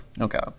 Okay